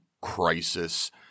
crisis